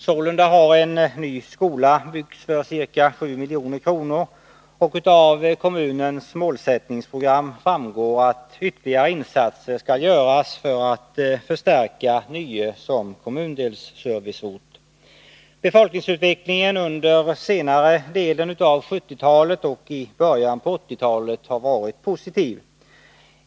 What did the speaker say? Sålunda har en ny skola byggts för ca 7 milj.kr., och av kommunens målsättningsprogram framgår att ytterligare insatser skall göras för att förstärka Nye som kommundelsserviceort. Befolkningsutvecklingen under senare delen av 1970-talet och början på 1980-talet har varit positiv.